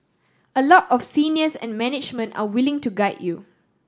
a lot of seniors and management are willing to guide you